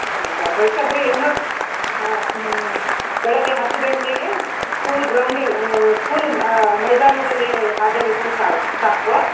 ಆಂ ಬರಬೇಕಾದ್ರೆ ಏನು ಹಾಂ ಹ್ಞೂ ಬೆಳಿಗ್ಗೆ ಹತ್ತು ಗಂಟೆಗೆ ಸ್ಕೂಲ್ ಗ್ರೌಂಡಿಗೆ ಸ್ಕೂಲ್ ಮೈದಾನದಲ್ಲಿ ಹಾಜರಿದ್ದರೆ ಸಾಕು ಸಾಕು